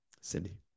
Cindy